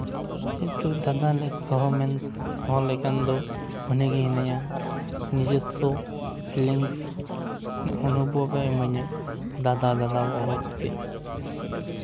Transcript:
ᱡᱮᱦᱮᱛᱩ ᱫᱟᱫᱟ ᱞᱮ ᱵᱟᱹᱦᱩ ᱢᱮᱱᱛᱮ ᱦᱚᱦᱚ ᱞᱮᱠᱷᱟᱱ ᱫᱚ ᱩᱱᱤ ᱜᱮ ᱢᱮᱱᱟᱭᱟ ᱱᱤᱡᱚᱥᱥᱚ ᱯᱷᱤᱞᱤᱝᱥ ᱚᱱᱩᱵᱷᱚᱵᱮ ᱤᱢᱟᱹᱧᱟ ᱫᱟᱫᱟ ᱫᱟᱫᱟ ᱦᱚᱦᱚ ᱠᱟᱛᱮᱫ